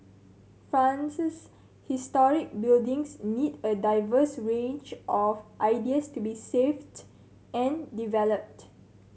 France's historic buildings need a diverse range of ideas to be saved and developed